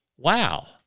Wow